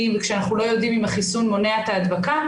ואנחנו לא יודעים אם החיסון מונע את ההדבקה.